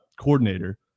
coordinator